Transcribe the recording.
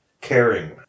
caring